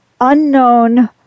unknown